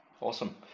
Awesome